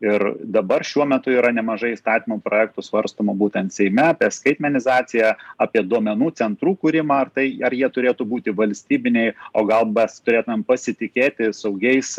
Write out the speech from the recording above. ir dabar šiuo metu yra nemažai įstatymų projektų svarstomų būtent seime apie skaitmenizaciją apie duomenų centrų kūrimą ar tai ar jie turėtų būti valstybiniai o gal mes turėtumėm pasitikėti saugiais